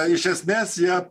iš esmės jie